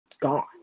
gone